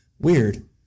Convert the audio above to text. weird